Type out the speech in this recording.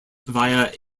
via